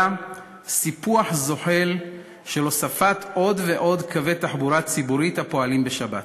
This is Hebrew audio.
סיפוח זוחל של הוספת עוד ועוד קווי תחבורה ציבורית הפועלים בשבת.